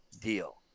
deal